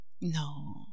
No